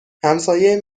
همسایه